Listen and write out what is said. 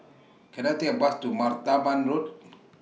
Can I Take A Bus to Martaban Road